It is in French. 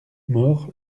mort